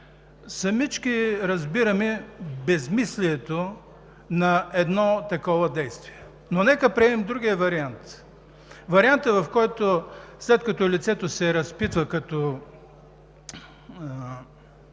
Сами разбираме безсмислието на едно такова действие. Нека приемем обаче другия вариант – варианта, при който след като лицето се разпита като